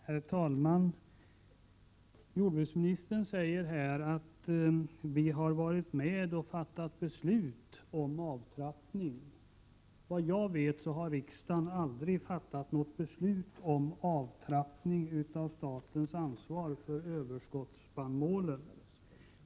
Herr talman! Jordbruksministern säger att vi har varit med om att fatta beslut om avtrappning. Såvitt jag vet har riksdagen aldrig fattat något beslut om avtrappning av statens ansvar för överskottsspannmålen.